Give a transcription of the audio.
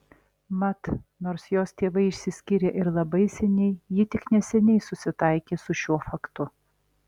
mat nors jos tėvai išsiskyrė ir labai seniai ji tik neseniai susitaikė su šiuo faktu